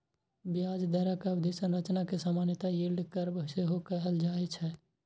ब्याज दरक अवधि संरचना कें सामान्यतः यील्ड कर्व सेहो कहल जाए छै